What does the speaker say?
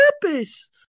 purpose